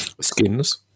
Skins